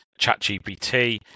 ChatGPT